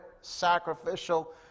sacrificial